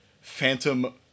phantom